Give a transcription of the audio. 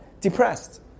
depressed